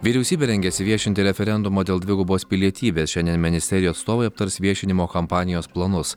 vyriausybė rengiasi viešinti referendumą dėl dvigubos pilietybės šiandien ministerijų atstovai aptars viešinimo kampanijos planus